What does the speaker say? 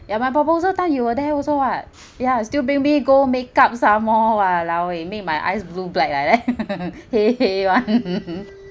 ya my proposal time you were there also [what] ya still bring me go make up some more !walao! eh make my eyes blue black like that hei hei [one]